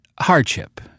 hardship